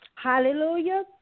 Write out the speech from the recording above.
Hallelujah